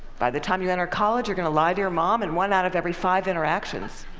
by the time you enter college, you're going to lie to your mom in one out of every five interactions.